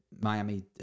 Miami